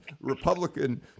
Republican